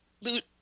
loot